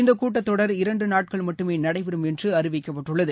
இந்த கூட்டத்தொடர் இரண்டு நாட்கள் மட்டுமே நடைபெறும் என்று அறிவிக்கப்பட்டுள்ளது